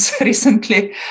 recently